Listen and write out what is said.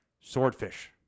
Swordfish